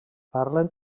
parlen